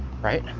right